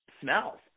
smells